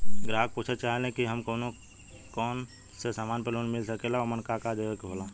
ग्राहक पुछत चाहे ले की हमे कौन कोन से समान पे लोन मील सकेला ओमन का का देवे के होला?